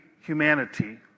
humanity